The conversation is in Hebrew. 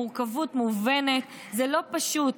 המורכבות מובנת, זה לא פשוט.